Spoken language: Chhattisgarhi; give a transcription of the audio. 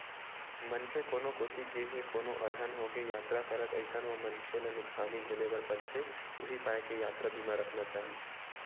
मनखे कोनो कोती गे हे कोनो अलहन होगे यातरा करत अइसन म मनखे ल नुकसानी झेले बर परथे उहीं पाय के यातरा बीमा रखना चाही